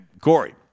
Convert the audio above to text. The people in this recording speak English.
Corey